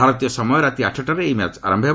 ଭାରତୀୟ ସମୟ ରାତି ଆଠଟାରେ ଏହି ମ୍ୟାଚ୍ ଆରମ୍ଭ ହେବ